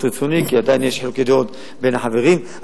רצוני כי עדיין יש חילוקי דעות בין החברים,